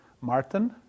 Martin